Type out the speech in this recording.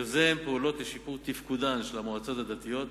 יוזם פעולות לשיפור תפקודן של המועצות הדתיות,